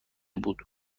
بود